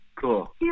Cool